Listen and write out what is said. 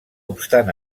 obstant